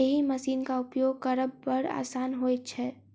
एहि मशीनक उपयोग करब बड़ आसान होइत छै